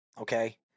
Okay